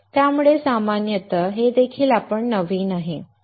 त्यामुळे सामान्यतः हे देखील आपण नवीन आहे